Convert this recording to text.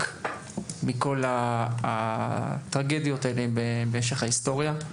מכל הטרגדיות האלה במשך ההיסטוריה.